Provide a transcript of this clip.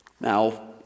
Now